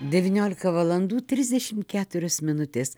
devyniolika valandų trisdešimt keturios minutės